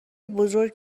بزرگ